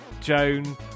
Joan